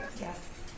Yes